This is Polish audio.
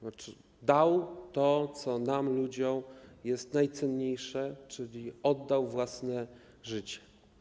Znaczy, dał to, co dla nas ludzi jest najcenniejsze, czyli oddał własne życie.